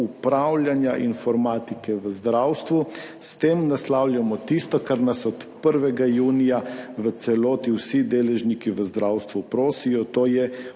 upravljanja informatike v zdravstvu. S tem naslavljamo tisto, kar nas od 1. junija v celoti vsi deležniki v zdravstvu prosijo.